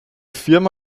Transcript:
firma